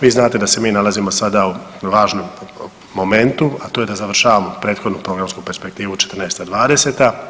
Vi znate da se mi nalazimo sada u važnom momentu, a to je da završavamo prethodnu programsku perspektivu 14. – 20.